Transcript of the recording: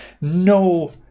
no